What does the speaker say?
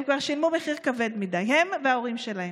הם כבר שילמו מחיר כבד מדי, הם וההורים שלהם.